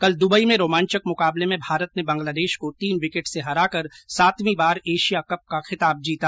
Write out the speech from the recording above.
कल दुबई में रोमांचक मुकाबले में भारत ने बांग्लादेश को तीन विकेट से हराकर सातवीं बार एशिया कप का खिताब जीता